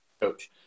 coach